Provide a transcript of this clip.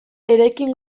eraikin